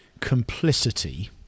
complicity